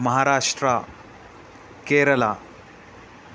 Maharashtra Kerala